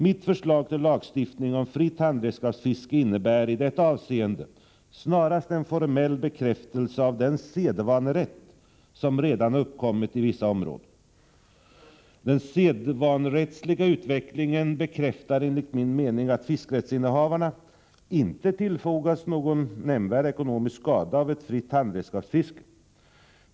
—— Mitt förslag till lagstiftning om fritt handredskapsfiske innebär i detta avseende snarast en formell bekräftelse av den sedvanerätt som redan har uppkommit i vissa områden. —-—-— Den sedvanerättsliga utvecklingen bekräftar enligt min mening att fiskerättshavarna inte tillfogas någon nämnvärd ekonomisk skada av ett fritt handredskapsfiske.